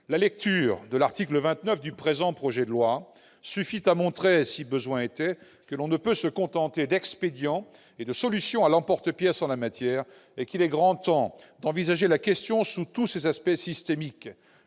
La lecture de l'article 29 du présent projet de loi suffit à montrer, si besoin était, que l'on ne peut se contenter d'expédients et de solutions à l'emporte-pièce en la matière et qu'il est grand temps d'envisager la question sous tous ses aspects systémiques